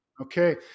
Okay